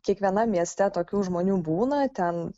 kiekvienam mieste tokių žmonių būna ten